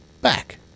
back